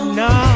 no